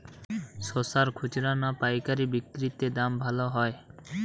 শশার খুচরা না পায়কারী বিক্রি তে দাম ভালো হয়?